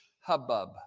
hubbub